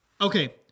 Okay